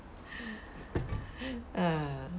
ah